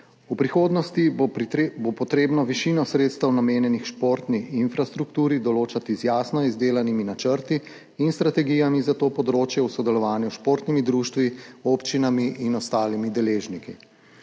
V prihodnosti bo treba višino sredstev, namenjeno športni infrastrukturi, določati z jasno izdelanimi načrti in strategijami za to področje v sodelovanju s športnimi društvi, občinami in ostalimi deležniki.